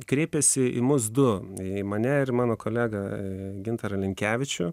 kreipėsi į mus du į mane ir mano kolegą gintarą linkevičių